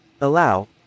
Allow